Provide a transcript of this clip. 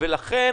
לכן